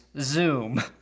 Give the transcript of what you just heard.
Zoom